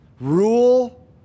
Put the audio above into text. rule